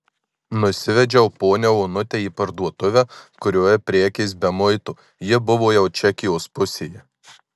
nusivedžiau ponią onutę į parduotuvę kurioje prekės be muito ji buvo jau čekijos pusėje